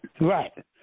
Right